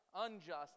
unjust